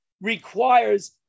requires